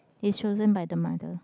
it's chosen by the mother